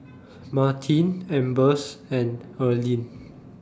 Martin Ambers and Earlean